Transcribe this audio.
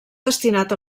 destinat